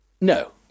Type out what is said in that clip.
No